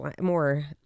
more